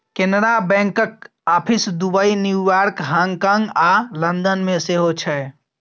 कैनरा बैंकक office Dubai, New York, हाँगकाँग आ लंदन मे सेहो छै